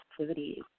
activities